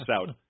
out